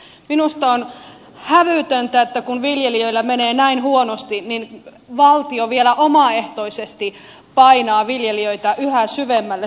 minusta on hävytöntä että kun viljelijöillä menee näin huonosti valtio vielä omaehtoisesti painaa viljelijöitä yhä syvemmälle suohon